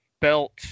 belt